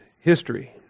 history